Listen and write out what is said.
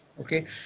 okay